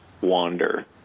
wander